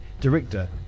director